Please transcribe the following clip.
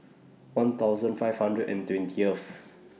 one thousand five hundred and twentieth